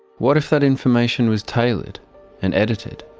what if that information was tailored and edited,